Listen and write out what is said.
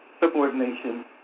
subordination